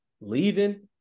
leaving